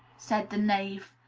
said the knave,